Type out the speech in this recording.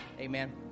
Amen